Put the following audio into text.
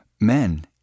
men